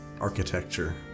architecture